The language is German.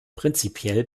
prinzipiell